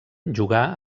jugà